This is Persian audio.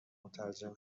مترجم